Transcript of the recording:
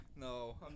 No